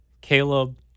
Caleb